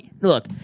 look